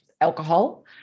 alcohol